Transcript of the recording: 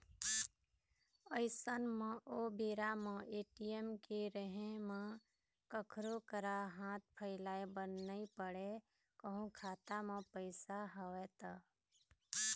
अइसन म ओ बेरा म ए.टी.एम के रहें म कखरो करा हाथ फइलाय बर नइ पड़य कहूँ खाता म पइसा हवय त